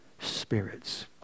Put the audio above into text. spirits